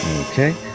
Okay